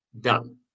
done